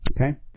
Okay